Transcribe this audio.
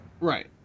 Right